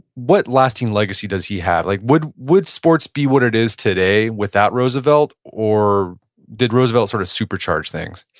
what lasting legacy does he have? like would would sports be what it is today without roosevelt or did roosevelt sort of super charge things?